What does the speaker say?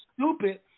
stupid